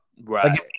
right